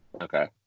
okay